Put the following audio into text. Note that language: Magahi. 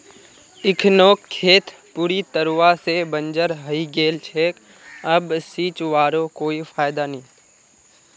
इखनोक खेत पूरी तरवा से बंजर हइ गेल छेक अब सींचवारो कोई फायदा नी